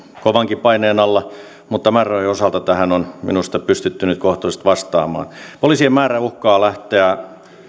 kovankin paineen alla mutta määrärahojen osalta tähän on minusta pystytty nyt kohtuullisesti vastaamaan poliisien määrä uhkaa lähteä